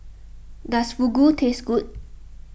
does Fugu taste good